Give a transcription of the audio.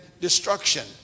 destruction